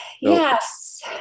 Yes